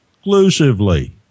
exclusively